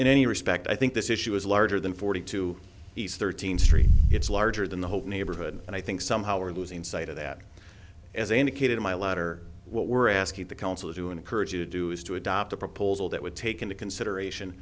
in any respect i think this issue is larger than forty two he's thirteen street it's larger than the whole neighborhood and i think somehow we're losing sight of that as i indicated in my letter what we're asking the council to encourage you to do is to adopt a proposal that would take into consideration